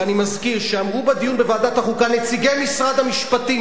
אני מזכיר שאמרו בדיון בוועדת החוקה נציגי משרד המשפטים,